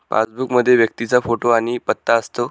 passbook मध्ये व्यक्तीचा photo आणि पत्ता असतो